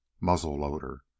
muzzle-loader